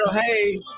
Hey